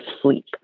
sleep